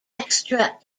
extra